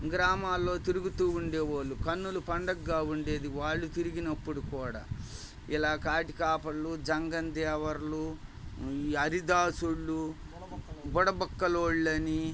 గ్రామాల్లో తిరుగుతూ ఉండేవాళ్ళు కన్నుల పండుగగా ఉండేది వాళ్ళు తిరిగినప్పుడు కూడా ఇలా కాటికాపరులు జంగం దేవరలు ఈ హరిదాసులు బుడబుక్కలోళ్ళని